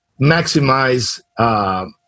maximize